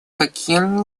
каким